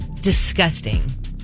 Disgusting